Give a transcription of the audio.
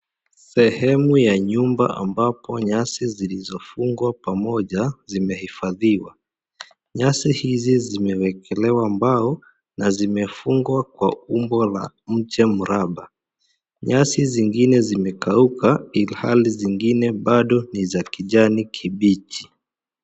Sehemu ya nyumba ambapo nyasi zilizofungwa pamoja zimehifadhiwa, nyasi hizi zimewekelewa mbao na zimefungwa kwa umbo la mche mraba, nyasi zingine zimekauka ilhali zingine bado niza kijani kibichi.